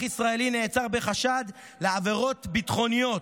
ישראלי נעצר בחשד לעבירות ביטחוניות.